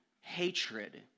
hatred